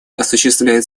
осуществляют